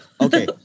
okay